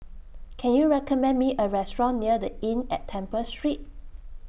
Can YOU recommend Me A Restaurant near The Inn At Temple Street